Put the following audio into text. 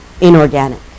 inorganic